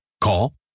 Call